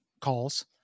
calls